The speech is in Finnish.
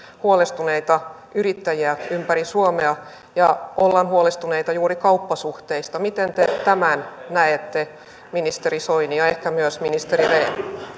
huolestuneita yrittäjiä ympäri suomea ja ollaan huolestuneita juuri kauppasuhteista miten te tämän näette ministeri soini ja ehkä myös ministeri rehn